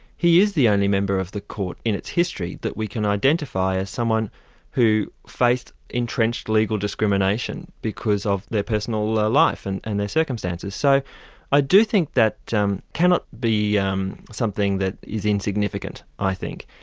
he is the only member of the court in its history that we can identify as someone who faced entrenched legal discrimination because of their personal life, and and their circumstances. so i do think that um cannot be um something that is insignificant, i think,